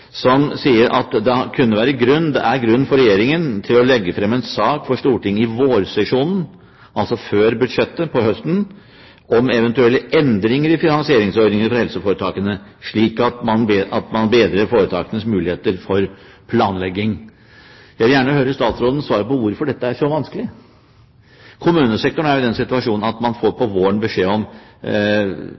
merknad sier det er grunn for Regjeringen til å legge frem en sak for Stortinget i vårsesjonen, altså før budsjettet om høsten, om eventuelle endringer i finansieringsordningene for helseforetakene, slik at man bedrer foretakenes muligheter for planlegging. Jeg vil gjerne høre statsråden svare på hvorfor dette er så vanskelig. Kommunesektoren er i den situasjonen at man om våren får beskjed om